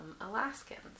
Alaskans